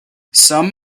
some